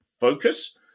focus